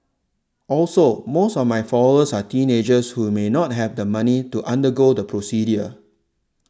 also most of my followers are teenagers who may not have the money to undergo the procedure